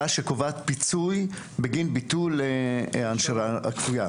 שקובעת פיצוי בגין ביטול הנשרה כפויה.